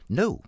no